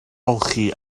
olchi